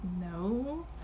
no